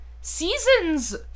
seasons